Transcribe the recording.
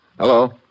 Hello